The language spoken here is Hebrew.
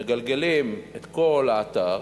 מגלגלים את כל האתר,